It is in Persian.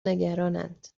نگرانند